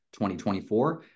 2024